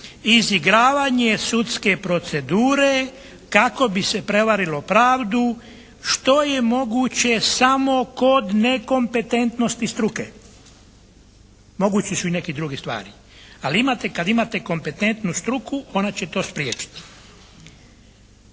izigravanje sudske procedure kako bi se prevarilo pravdu što je moguće samo kod nekompetentnosti struke, moguće su i neke druge stvari, ali kad imate kompetentnu struku ona će to spriječiti.